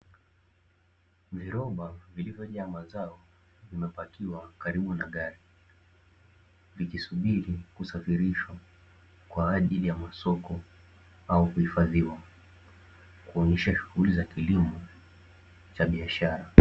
Viroba vilivyojaa mazao vimepakiwa karibu na gari, vikisubiri kusafirishwa kwa ajili ya masoko au kuhifadhiwa, kuonyesha shughuli za kilimo cha biashara.